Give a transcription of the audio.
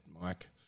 Mike